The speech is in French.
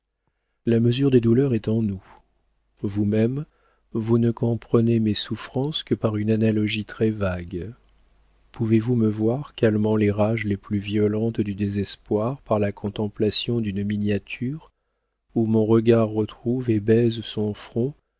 la mesure des douleurs est en nous vous-même vous ne comprenez mes souffrances que par une analogie très vague pouvez-vous me voir calmant les rages les plus violentes du désespoir par la contemplation d'une miniature où mon regard retrouve et baise son front